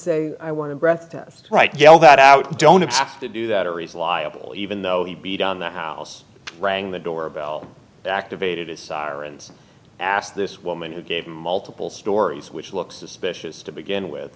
say i want to breath right yell that out don't have to do that or is liable even though he beat on the house rang the doorbell activated his sirens asked this woman who gave him multiple stories which looks suspicious to begin